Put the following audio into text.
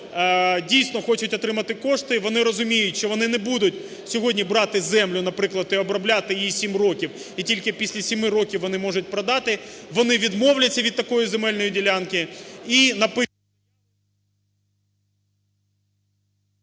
дійсно хоче отримати кошти, вони розуміють, що вони не будуть сьогодні брати землю, наприклад, і обробляти її 7 років, і тільки після 7 років вони можуть продати, вони відмовляться від такої земельної ділянки